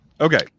Okay